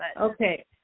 Okay